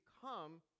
come